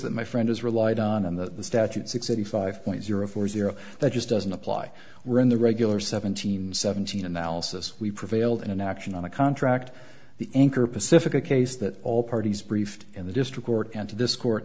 that my friend has relied on in the statute sixty five point zero four zero that just doesn't apply were in the regular seventeen seventeen analysis we prevailed in an action on a contract the anchor pacifica case that all parties briefed in the district court and to dischord